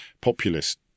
populist